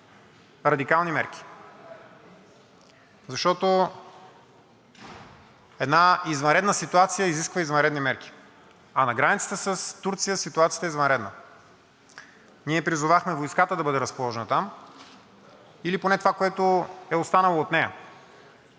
радикални мерки, защото една извънредна ситуация изисква извънредни мерки. А на границата с Турция ситуацията е извънредна. Ние призовахме войската да бъде разположена там или поне това, което е останало от нея.